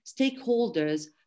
stakeholders